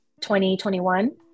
2021